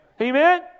Amen